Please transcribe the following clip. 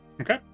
Okay